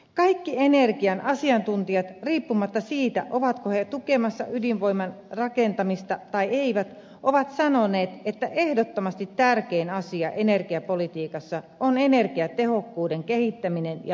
kaikki energian asiantuntijat riippumatta siitä ovatko he tukemassa ydinvoiman rakentamista vai eivät ovat sanoneet että ehdottomasti tärkein asia energiapolitiikassa on energiatehokkuuden kehittäminen ja vahvistaminen